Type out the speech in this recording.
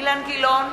אילן גילאון